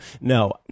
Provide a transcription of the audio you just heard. No